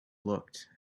looked